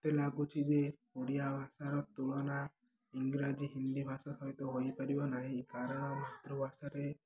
ମୋତେ ଲାଗୁଛିି ଯେ ଓଡ଼ିଆ ଭାଷାର ତୁଳନା ଇଂରାଜୀ ହିନ୍ଦୀ ଭାଷା ସହିତ ହୋଇପାରିବ ନାହିଁ କାରଣ ମାତୃଭାଷାରେ